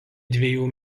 dviejų